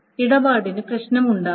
ഇടപാടിന് പ്രശ്നമുണ്ടാകാം